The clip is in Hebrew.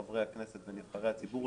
חברי הכנסת ונבחרי הציבור,